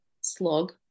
slog